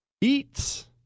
eats